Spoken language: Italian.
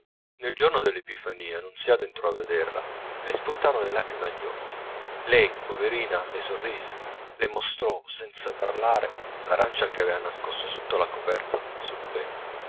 nel giorno della epifania nunziata entrò a vederla e le spuntarono le lacrime agli occhi lei poverina le sorrise le mostrò senza parlare l'arancia che aveva nascosta sotto alla coperta sul